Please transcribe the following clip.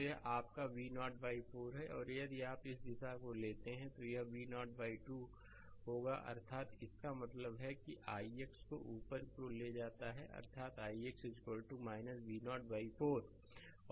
तो यह आपका V0 4 है और यदि आप इस दिशा को लेते हैं तो यह V0 2 होगा अर्थात इसका मतलब है कि ix को ऊपर की ओर ले जाया जाता है अर्थात ix V0 2